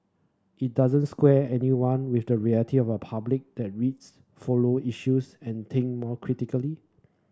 it doesn't square anyone with the reality of a public that reads follow issues and think more critically